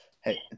hey